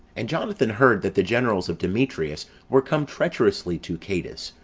and jonathan heard that the generals of demetrius were come treacherously to cades,